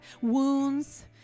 wounds